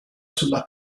sulla